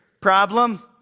Problem